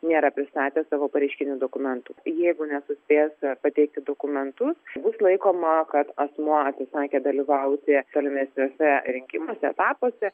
nėra pristatęs savo pareiškinių dokumentų jeigu nesuspės pateikti dokumentus bus laikoma kad asmuo atsisakė dalyvauti tolimesniuose rinkimų etapuose